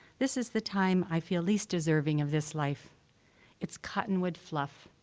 this is the time i feel least deserving of this life its cottonwood fluff,